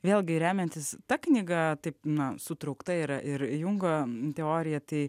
vėlgi remiantis ta knyga taip na sutraukta yra ir jungo teorija tai